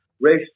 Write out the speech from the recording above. race